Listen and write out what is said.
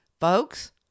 Folks